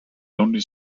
only